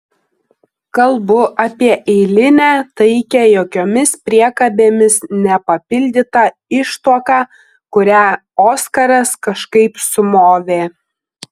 kalbu apie eilinę taikią jokiomis priekabėmis nepapildytą ištuoką kurią oskaras kažkaip sumovė